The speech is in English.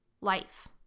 life